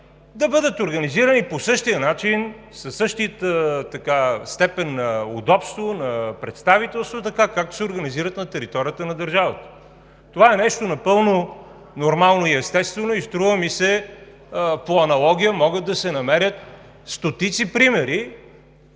да бъдат организирани по същия начин, със същата степен на удобство, на представителство, така както се организират на територията на държавата. Това е нещо напълно нормално и естествено и, струва ми се, по аналогия могат да се намерят стотици примери